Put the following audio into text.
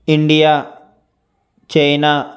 India China